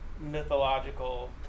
mythological